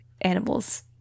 animals